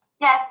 Yes